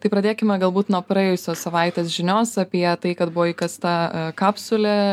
tai pradėkime galbūt nuo praėjusios savaitės žinios apie tai kad buvo įkasta kapsulė